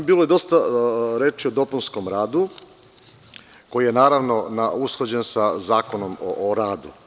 Bilo je dosta reči o dopunskom radu koji je, naravno, usklađen sa Zakonom o radu.